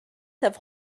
have